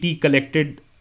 collected